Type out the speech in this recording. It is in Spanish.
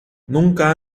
nunca